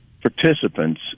participants